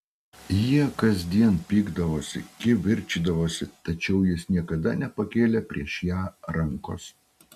jie kasdien pykdavosi kivirčydavosi tačiau jis niekada nepakėlė prieš ją rankos